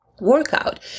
workout